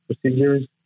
procedures